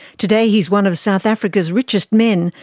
today he is one of south africa's richest men,